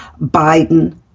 biden